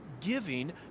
giving